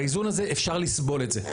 באיזון הזה אפשר לסבול את זה.